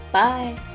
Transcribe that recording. bye